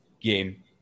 game